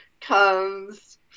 comes